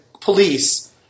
police